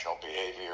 behavior